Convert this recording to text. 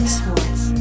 sports